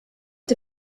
the